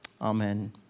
Amen